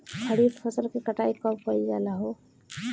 खरिफ फासल के कटाई कब कइल जाला हो?